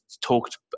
talked